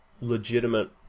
legitimate